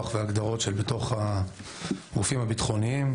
ולהגדרות שהם בתוך הגופים הביטחוניים,